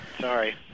Sorry